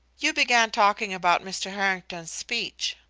you began talking about mr. harrington's speech,